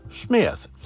Smith